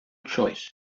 choice